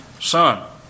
son